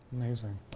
Amazing